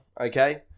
okay